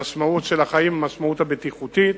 המשמעות של החיים, המשמעות הבטיחותית.